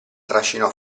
trascinò